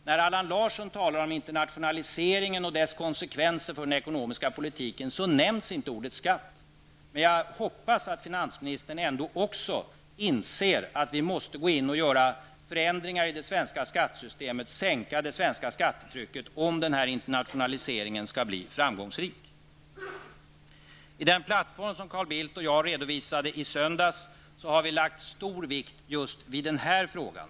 När Allan Larsson talar om internationaliseringen och dess konsekvenser för den ekonomiska politiken, nämns inte ordet skatt. Men jag hoppas att finansministern ändå också inser att vi måste gå in och göra förändringar i det svenska skattesystemet, sänka det svenska skattetrycket, om den här internationaliseringen skall bli framgångsrik. I den plattform som Carl Bildt och jag redovisade i söndags har vi lagt stor vikt just vid den här frågan.